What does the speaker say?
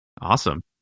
Awesome